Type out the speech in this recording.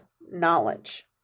knowledge